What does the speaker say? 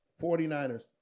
49ers